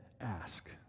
ask